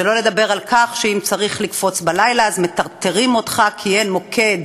שלא לדבר על כך שאם צריך לקפוץ בלילה אז מטרטרים אותך כי אין מוקד